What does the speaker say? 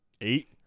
Eight